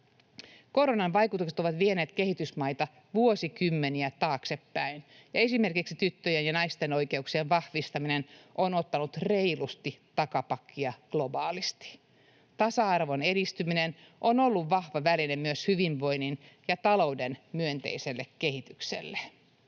Koronan vaikutukset ovat vieneet kehitysmaita vuosikymmeniä taaksepäin, ja esimerkiksi tyttöjen ja naisten oikeuksien vahvistaminen on ottanut reilusti takapakkia globaalisti. Tasa-arvon edistyminen on ollut vahva väline myös hyvinvoinnin ja talouden myönteiselle kehitykselle.